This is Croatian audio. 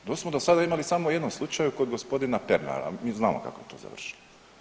To smo do sada imali samo u jednom slučaju kod g. Pernara, mi znamo kako je to završilo.